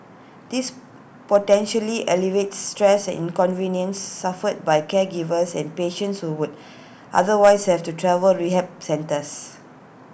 this potentially alleviates stress and inconvenience suffered by caregivers and patients who would otherwise have to travel rehab centres